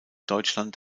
deutschland